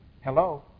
Hello